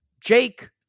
Jake